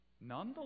Nonetheless